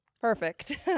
Perfect